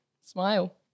smile